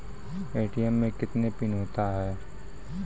ATM मे कितने PIN होता हैं?